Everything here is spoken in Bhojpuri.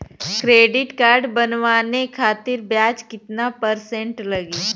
क्रेडिट कार्ड बनवाने खातिर ब्याज कितना परसेंट लगी?